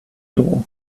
door